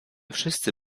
wszyscy